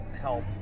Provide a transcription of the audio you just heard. help